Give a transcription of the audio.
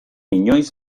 inoiz